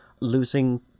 losing